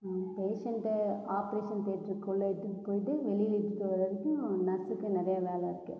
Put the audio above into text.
பேஷண்ட்டை ஆப்ரேஷன் தேட்ருக்குள்ள இட்டுட்டு போய்ட்டு வெளியில் இட்டுட்டு வர வரைக்கும் நர்ஸுக்கு நிறைய வேலை இருக்குது